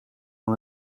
van